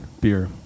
beer